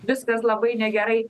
viskas labai negerai